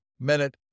minute